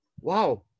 Wow